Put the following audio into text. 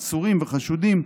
עצורים וחשודים,